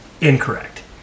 Incorrect